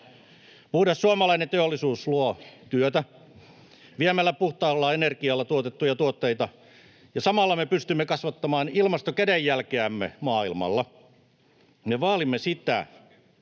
Puhdas suomalainen teollisuus luo työtä viemällä puhtaalla energialla tuotettuja tuotteita, ja samalla me pystymme kasvattamaan ilmastokädenjälkeämme maailmalla. [Timo